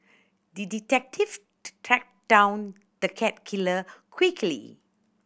the detective tracked down the cat killer quickly